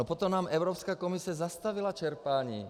Potom nám Evropská komise zastavila čerpání.